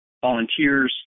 volunteers